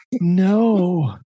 No